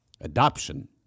adoption